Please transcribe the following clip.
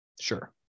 Sure